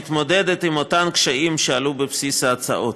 מתמודדת עם אותם קשיים שעלו בבסיס ההצעות.